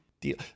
deal